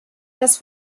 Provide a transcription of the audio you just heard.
dass